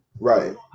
Right